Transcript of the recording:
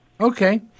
Okay